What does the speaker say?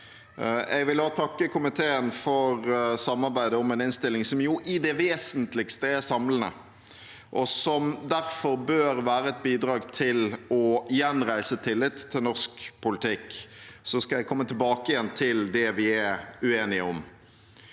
Jeg vil også takke komiteen for samarbeidet om en innstilling som i det vesentligste er samlende, og som derfor bør være et bidrag til å gjenreise tilliten til norsk politikk. Jeg skal komme tilbake til det vi er uenige om.